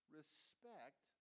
respect